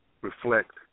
reflect